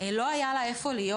לא היה לה איפה להיות.